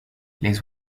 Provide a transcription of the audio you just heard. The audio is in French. les